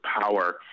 power